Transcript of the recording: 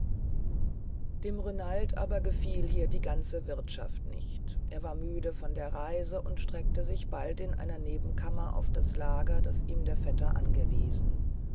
dem renald aber gefiel hier die ganze wirtschaft nicht er war müde von der reise und streckte sich bald in einer nebenkammer auf das lager das ihm der vetter angewiesen